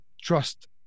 trust